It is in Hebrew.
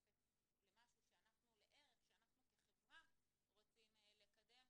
ומעטפת לערך שאנחנו כחברה רוצים לקדם,